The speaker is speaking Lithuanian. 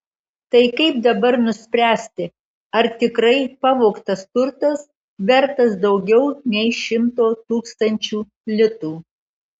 tai kaip dabar nuspręsti ar tikrai pavogtas turtas vertas daugiau nei šimto tūkstančių litų